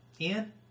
Ian